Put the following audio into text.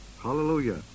Hallelujah